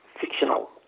fictional